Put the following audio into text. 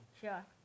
Sure